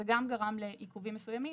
זה גם גרם לעיכובים מסוימים,